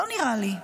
לא נראה לי.